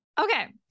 okay